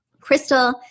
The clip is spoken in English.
Crystal